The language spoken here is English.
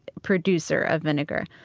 producer of vinegar.